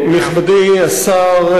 נכבדי השר,